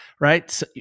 right